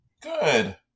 Good